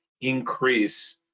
increase